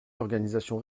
l’organisation